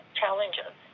challenges